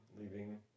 leaving